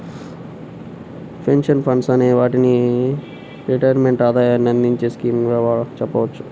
pension funds అనే వాటిని retirement ఆదాయాన్ని అందించే స్కీమ్స్ గా చెప్పవచ్చు